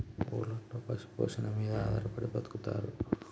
ఊర్లలో పశు పోషణల మీద ఆధారపడి బతుకుతారు